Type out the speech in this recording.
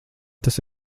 tas